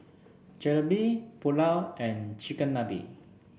Jalebi Pulao and Chigenabe